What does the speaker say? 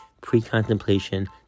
pre-contemplation